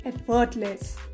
effortless